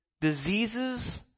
diseases